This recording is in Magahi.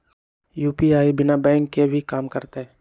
यू.पी.आई बिना बैंक के भी कम करतै?